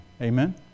Amen